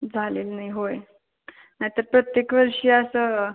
झालेलं नाही होय नाही तर प्रत्येक वर्षी असं